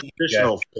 traditional